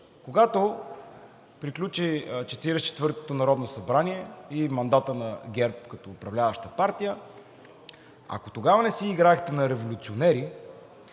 и четвъртото народно събрание и мандатът на ГЕРБ като управляваща партия, ако тогава не си играехте на революционери,